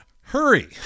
hurry